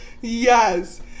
yes